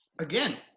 again